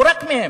ורק מהם,